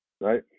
right